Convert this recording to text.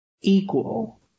equal